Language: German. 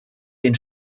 den